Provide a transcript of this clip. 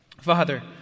Father